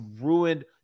ruined